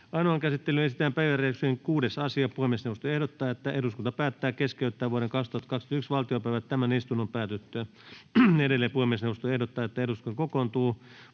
Ainoaan käsittelyyn esitellään päiväjärjestyksen 6. asia. Puhemiesneuvosto ehdottaa, että eduskunta päättää keskeyttää vuoden 2021 valtiopäivät tämän istunnon päätyttyä. Edelleen puhemiesneuvosto ehdottaa, että eduskunta kokoontuu